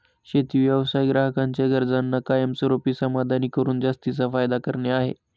शेती व्यवसाय ग्राहकांच्या गरजांना कायमस्वरूपी समाधानी करून जास्तीचा फायदा करणे आहे